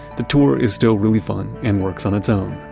the tour is still really fun and works on its own.